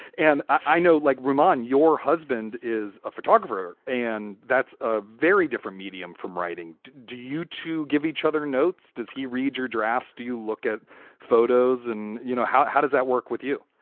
and i know like ruman, your husband is a photographer, and that's a very different medium from writing. do you two give each other notes? does he read your drafts? do you look at photos? and you know how? how does that work with you?